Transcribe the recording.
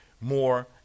more